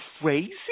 crazy